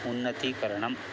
उन्नतीकरणम्